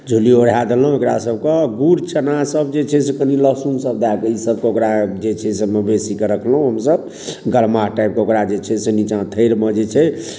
झोली ओढ़ा देलहुँ ओकरासभके गुड़ चनासभ जे छै से कनि लहसुनसभ दए कऽ ईसभ कऽ कऽ ओकरा जे छै से मवेशीकेँ रखलहुँ हमसभ गर्माहट टाइपके ओकरा जे छै से नीचाँ थैरमे जे छै से